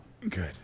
Good